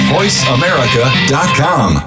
VoiceAmerica.com